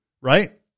right